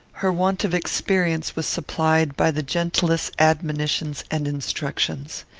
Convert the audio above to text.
her want of experience was supplied by the gentlest admonitions and instructions.